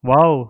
Wow